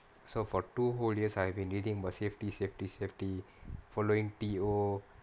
so for two whole years I've been reading about safety safety safety following T_O